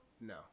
No